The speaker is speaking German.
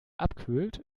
abkühlt